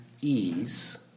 ease